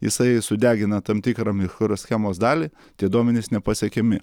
jisai sudegina tam tikrą michroschemos dalį tie duomenys nepasiekiami